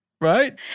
right